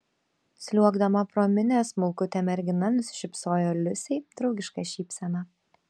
sliuogdama pro minią smulkutė mergina nusišypsojo liusei draugiška šypsena